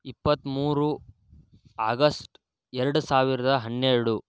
ಇಪ್ಪತ್ತ್ಮೂರು ಆಗಸ್ಟ್ ಎರಡು ಸಾವಿರದ ಹನ್ನೆರಡು